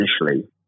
initially